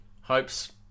Hopes